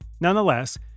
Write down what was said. Nonetheless